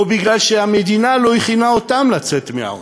או בגלל שהמדינה לא הכינה אותם לצאת מהעוני.